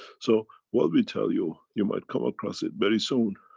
so what we tell you, you might come across it very soon,